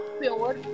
pure